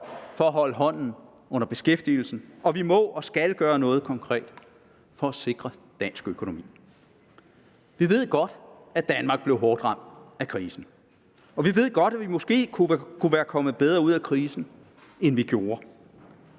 for at holde hånden under beskæftigelsen; og vi må og skal gøre noget konkret for at sikre dansk økonomi. Vi ved godt, at Danmark blev hårdt ramt af krisen. Vi ved godt, at vi måske kunne være kommet bedre ud af krisen, end vi gjorde.